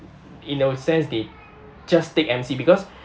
in a sense that they just take M_C because